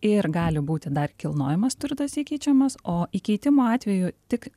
ir gali būti dar kilnojamas turtas įkeičiamas o įkeitimo atveju tik